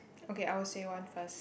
okay I will say one first